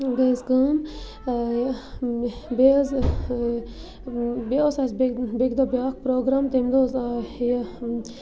گٔے حظ کٲم بیٚیہِ حظ بیٚیہِ اوس اَسہِ بیٚکہِ بیٚکہِ دۄہ بیاکھ پرٛوگرام تمہِ دۄہ حظ آے یہِ